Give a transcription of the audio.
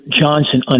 Johnson